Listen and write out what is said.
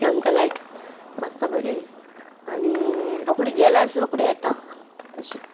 आमकां लायट आसता बरी आनी रोकडी गेल्यार सुद्दां रोकडी येता तशी